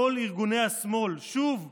כל ארגוני השמאל, שוב,